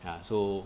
ya so